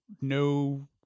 no